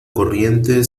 corriente